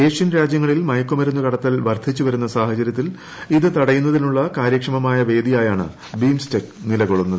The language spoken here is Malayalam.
ഏഷ്യൻ രാജ്യങ്ങളിൽ മയക്കുമരുന്ന് കടത്തൽ വർദ്ധിച്ചുവരുന്ന സാഹചര്യത്തിൽ ഇത് തടയുന്നതിനുള്ള കാര്യക്ഷമമായ വേദിയായാണ് ബിം സ്റ്റെക് നിലകൊള്ളുന്നത്